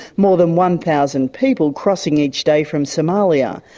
more than one thousand people crossing each day from somalia,